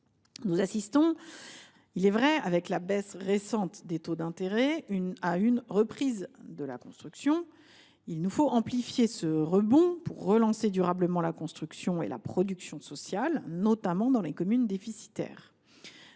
nous assistons, avec la baisse récente des taux d’intérêt, à une reprise de la construction. Il nous faut amplifier ce rebond pour relancer durablement la construction et la production sociale, notamment dans les communes déficitaires.